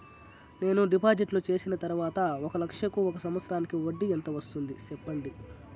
నేను డిపాజిట్లు చేసిన తర్వాత ఒక లక్ష కు ఒక సంవత్సరానికి వడ్డీ ఎంత వస్తుంది? సెప్పండి?